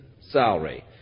salary